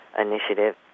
Initiative